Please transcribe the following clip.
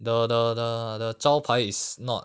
the the the the 招牌 is not